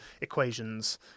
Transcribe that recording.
equations